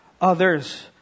others